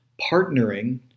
partnering